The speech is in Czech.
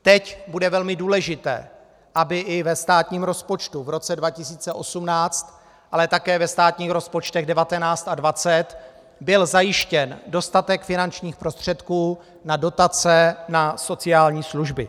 Teď bude velmi důležité, aby i ve státním rozpočtu v roce 2018, ale také ve státních rozpočtech 2019 a 2020 byl zajištěn dostatek finančních prostředků na dotace na sociální služby.